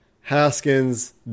Haskins